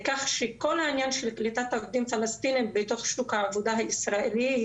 כך שכל העניין של קליטת עובדים פלסטינים בתוך שוק העבודה הישראלי,